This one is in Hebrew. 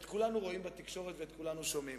את כולנו רואים בתקשורת ואת כולנו שומעים.